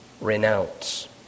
renounce